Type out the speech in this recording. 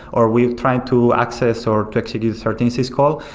or we try to access or to execute a certain syscall,